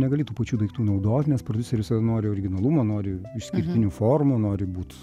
negali tų pačių daiktų naudot nes prodiuseris nori originalumo nori išskirtinių formų nori būt